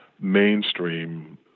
mainstream